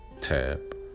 tab